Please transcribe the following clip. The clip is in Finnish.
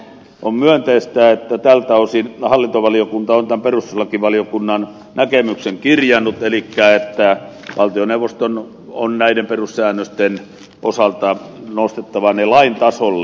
on myönteistä että tältä osin hallintovaliokunta on tämän perustuslakivaliokunnan näkemyksen kirjannut elikkä että valtioneuvoston on näiden perussäännösten osalta nostettava ne lain tasolle